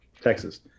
Texas